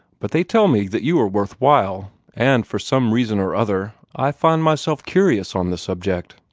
but they tell me that you are worth while and, for some reason or other, i find myself curious on the subject.